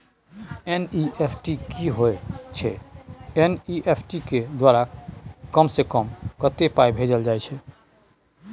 NEFT की होय छै एन.ई.एफ.टी के द्वारा कम से कम कत्ते पाई भेजल जाय छै?